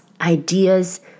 ideas